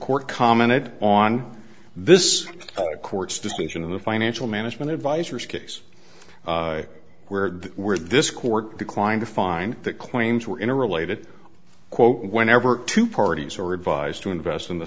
court commented on this court's decision in the financial management advisors case where they were this court declined to find that claims were in a related quote whenever two parties are advised to invest in the